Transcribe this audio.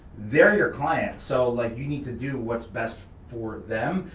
they're your client, so like you need to do what's best for them,